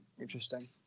Interesting